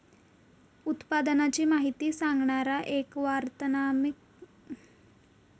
उत्पादनाची माहिती सांगणारा एक वर्णनात्मक लेबल उत्पादनावर असता